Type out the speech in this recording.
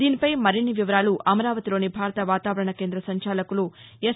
దీనిపై మరిన్ని వివరాలు అమరావతిలోని భారత వాతావరణ కేంద్ర సంచాలకులు ఎస్